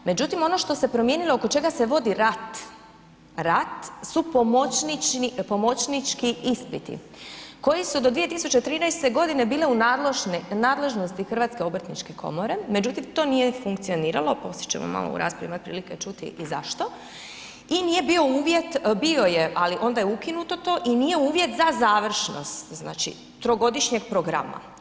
Međutim, ono što se promijenilo, oko čega se vodi rat, rat su pomoćnički ispiti koji su do 2013. g. bili u nadležnosti HOK-a, međutim to nije funkcioniralo, poslije ćemo u malo u raspravi imati prilike čuti i zašto i nije bio uvjet, bio je, ali onda je ukinuto to i nije uvjet za završnost, znači trogodišnjeg programa.